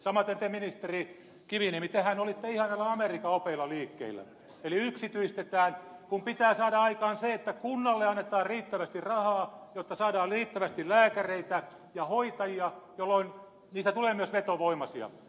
samaten ministeri kiviniemi tehän olitte ihan näillä amerikan opeilla liikkeellä eli yksityistetään kun pitää saada aikaan se että kunnalle annetaan riittävästi rahaa jotta saadaan riittävästi lääkäreitä ja hoitajia jolloin niistä tulee myös vetovoimaisia